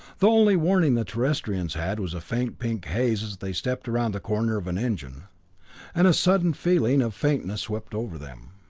the only warning the terrestrians had was a faint pink haze as they stepped around the corner of an engine and a sudden feeling of faintness swept over them.